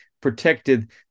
protected